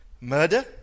murder